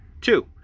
Two